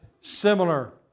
similar